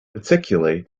particularly